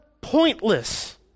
pointless